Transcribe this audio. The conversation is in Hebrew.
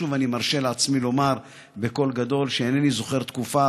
אני מרשה לעצמי לומר בקול גדול שאינני זוכר תקופה,